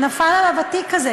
נפל עליו התיק הזה,